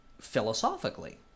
philosophically